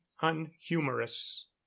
unhumorous